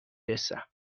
رسم